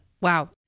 wow